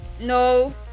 no